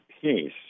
peace